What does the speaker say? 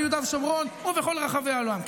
ביהודה ושומרון ובכל רחבי העולם.